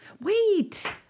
wait